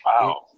wow